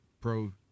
pro